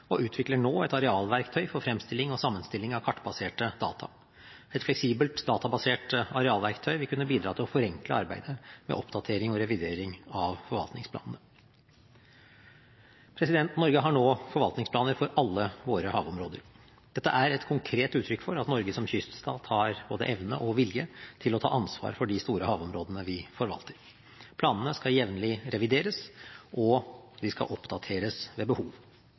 og oppdrag, og utvikler nå et arealverktøy for fremstilling og sammenstilling av kartbaserte data. Et fleksibelt, databasert arealverktøy vil kunne bidra til å forenkle arbeidet med oppdatering og revidering av forvaltningsplanene. Norge har nå forvaltningsplaner for alle sine havområder. Dette er et konkret uttrykk for at Norge som kyststat har både evne og vilje til å ta ansvar for de store havområdene vi forvalter. Planene skal jevnlig revideres, og de skal oppdateres ved behov.